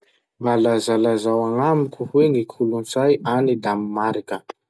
Mba lazalazao agnamiko hoe ny kolotsay agny Danimarika?